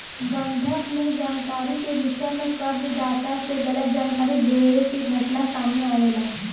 बंधक के जानकारी के विषय में कर्ज दाता से गलत जानकारी देवे के घटना सामने आवेला